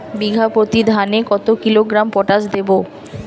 বিঘাপ্রতি ধানে কত কিলোগ্রাম পটাশ দেবো?